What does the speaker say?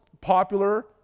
popular